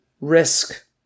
risk